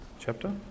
chapter